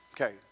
Okay